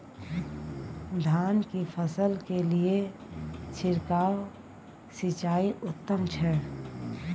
धान की फसल के लिये छिरकाव सिंचाई उत्तम छै?